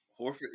Horford